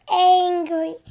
angry